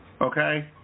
Okay